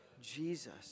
Jesus